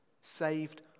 saved